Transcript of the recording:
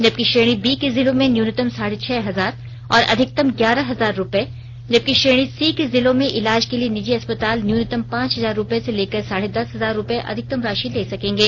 जबकि श्रेणी बी के जिलों में न्यूनतम साढ़े छह हजार और अधिकतम ग्यारह हजार रूपये जबकि श्रेणी सी के जिलों में इलाज के लिए निजी अस्पताल न्यूनतम पांच हजार रूपये से लेकर साढ़े दस हजार रूपये अधिकतम राशि ले सकेंगे